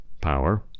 power